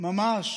ממש